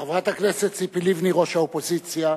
חברת הכנסת ציפי לבני, ראש האופוזיציה,